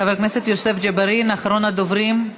חבר הכנסת יוסף ג'בארין, אחרון הדוברים.